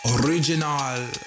Original